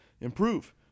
improve